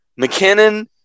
McKinnon